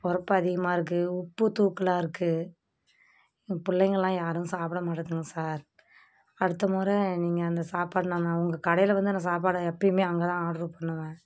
உரைப்பு அதிகமாக இருக்குது உப்பு தூக்கலாக இருக்கும் என் பிள்ளைங்களாம் யாரும் சாப்பிட மாட்டங்குது சார் அடுத்த முறை நீங்கள் அந்த சாப்பாடு நம்ம உங்கள் கடையில் வந்து அந்த சாப்பாடு எப்போயுமே அங்கே தான் ஆர்ட்ரு பண்ணுவேன்